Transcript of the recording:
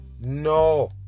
no